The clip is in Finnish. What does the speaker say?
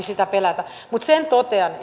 sitä pelätä mutta sen totean